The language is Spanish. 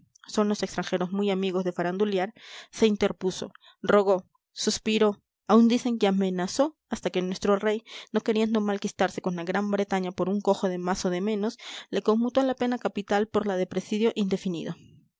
muy amigos de farandulear se interpuso rogó suspiró aun dicen que amenazó hasta que nuestro rey no queriendo malquistarse con la gran bretaña por un cojo de más o de menos le conmutó la pena capital por la de presidio indefinido